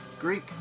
Greek